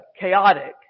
chaotic